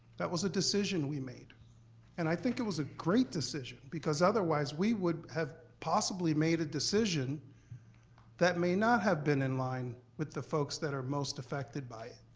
that was a decision we made and i think it was a great decision because otherwise we would have possible made a decision that may not have been in line with the folks that are most affected by it,